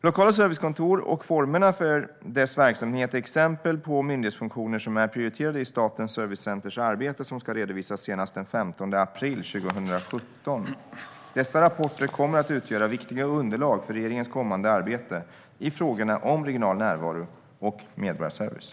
Lokala servicekontor och formerna för deras verksamhet är exempel på myndighetsfunktioner som är prioriterade i Statens servicecenters arbete, som ska redovisas senast den 15 april 2017. Dessa rapporter kommer att utgöra viktiga underlag för regeringens kommande arbete i frågorna om regional närvaro och medborgarservice.